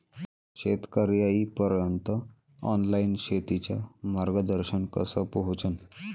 शेतकर्याइपर्यंत ऑनलाईन शेतीचं मार्गदर्शन कस पोहोचन?